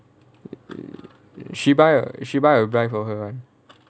sheba sheba will buy for her